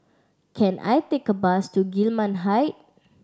can I take a bus to Gillman Height